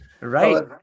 right